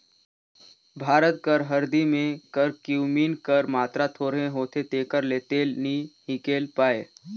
भारत कर हरदी में करक्यूमिन कर मातरा थोरहें होथे तेकर ले तेल नी हिंकेल पाए